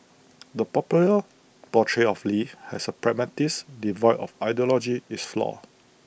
the popular portrayal of lee as A pragmatist devoid of ideology is flawed